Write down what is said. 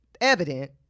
evident